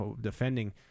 defending